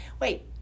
wait